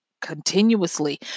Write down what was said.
continuously